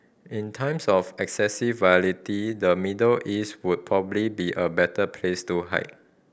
in times of excessive volatility the Middle East would probably be a better place to hide